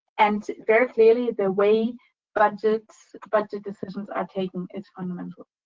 and very clearly, the way budget budget decisions are taken it's fundamental.